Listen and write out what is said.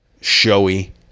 showy